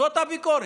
זאת הביקורת.